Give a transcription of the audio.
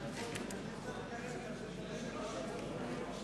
שרואה איך אתה מצביע.